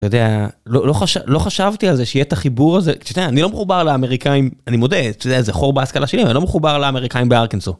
אתה יודע, לא חשבתי על זה שיהיה את החיבור הזה, אתה יודע, אני לא מחובר לאמריקאים אני מודה אתה יודע זה חור בהשכלה שלי אני לא מחובר לאמריקאים ארקנסו.